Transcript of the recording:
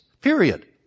period